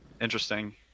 Interesting